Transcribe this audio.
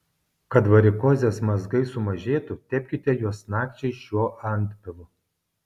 kad varikozės mazgai sumažėtų tepkite juos nakčiai šiuo antpilu